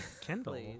Kendall